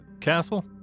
castle